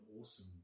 awesome